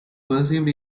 perceived